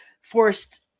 forced